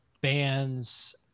bands